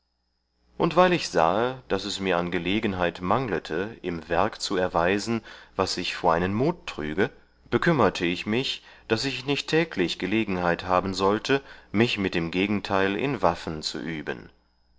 und weil ich sahe daß es mir an gelegenheit manglete im werk zu erweisen was ich vor einen mut trüge bekümmerte ich mich daß ich nicht täglich gelegenheit haben sollte mich mit dem gegenteil in waffen zu üben